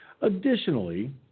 Additionally